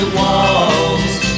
walls